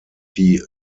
wie